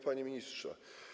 Panie Ministrze!